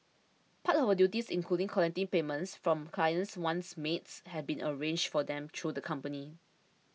part of her duties included collecting payments from clients once maids had been arranged for them through the company